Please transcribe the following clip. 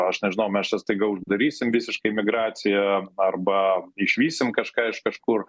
aš nežinau mes čia staiga uždarysim visiškai migraciją arba išvysim kažką iš kažkur